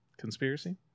conspiracy